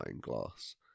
glass